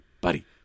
buddy